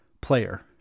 player